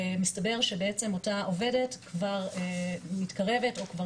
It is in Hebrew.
מסתבר שבעצם אותה עובדת כבר מתקרבת או כבר